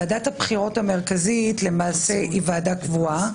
ועדת הבחירות המרכזית היא ועדה קבועה,